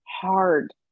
hard